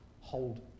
hold